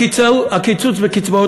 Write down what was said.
הקיצוץ בקצבאות